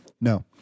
No